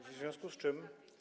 W związku z czym.